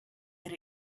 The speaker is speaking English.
that